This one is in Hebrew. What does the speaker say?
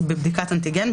בבדיקת אנטיגן,